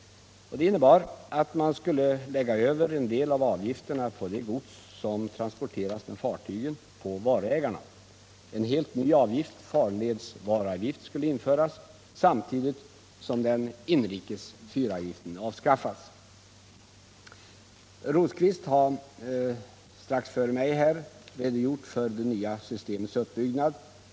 Det innebar att man skulle lägga över en del av avgifterna på det gods som transporteras med fartygen på varuägarna. En ny avgift, farledsvaruavgift, skulle införas samtidigt som den inrikes fyravgiften avskaffades. Birger Rosqvist har just redogjort för det nya systemets uppbyggnad.